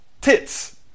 tits